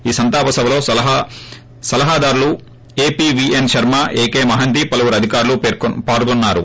ఈ సంతాప సభలో సలహాదారులు ఏపీవీఎస్ శర్మ ఏకే మహంతి పలువురు అధికారులు పాల్గొన్నారు